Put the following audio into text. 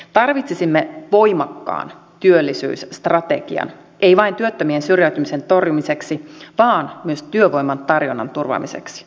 tarvitsisimme voimakkaan työllisyysstrategian ei vain työttömien syrjäytymisen torjumiseksi vaan myös työvoiman tarjonnan turvaamiseksi